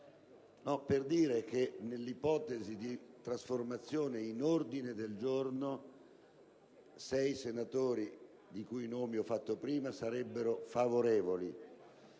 Presidente, nell'ipotesi di trasformazione in ordine del giorno sei senatori, i cui nomi ho fatto prima, sarebbero favorevoli.